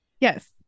Yes